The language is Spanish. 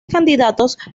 candidatos